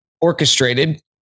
orchestrated